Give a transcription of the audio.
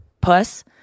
puss